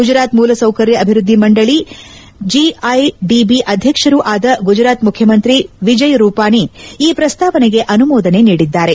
ಗುಜರಾತ್ ಮೂಲಸೌಕರ್ಯ ಅಭಿವೃದ್ದಿ ಮಂಡಳಿ ಜಿಐಡಿಬಿ ಅಧ್ಯಕ್ಷರೂ ಆದ ಗುಜರಾತ್ ಮುಖ್ಚಮಂತ್ರಿ ವಿಜಯ್ ರೂಪಾನಿ ಈ ಪ್ರಸ್ತಾವನೆಗೆ ಅನುಮೋದನೆ ನೀಡಿದ್ದಾರೆ